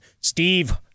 Steve